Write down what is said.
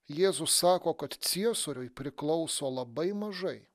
jėzus sako kad ciesoriui priklauso labai mažai